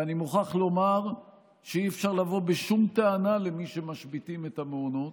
ואני מוכרח לומר שאי-אפשר לבוא בשום טענה למי שמשביתים את המעונות,